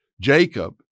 Jacob